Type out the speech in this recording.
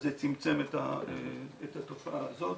אז זה צמצם את התופעה הזאת,